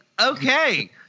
okay